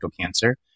cancer